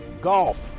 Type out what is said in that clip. golf